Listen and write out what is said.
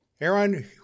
Aaron